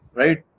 right